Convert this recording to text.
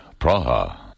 Praha